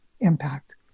impact